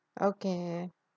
okay